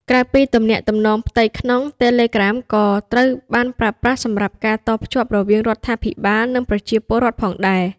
ក្រៅពីទំនាក់ទំនងផ្ទៃក្នុង Telegram ក៏ត្រូវបានប្រើប្រាស់សម្រាប់ការតភ្ជាប់រវាងរដ្ឋាភិបាល និងប្រជាពលរដ្ឋផងដែរ។